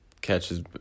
catches